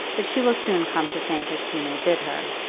but she will soon come to think as hugh may bid her.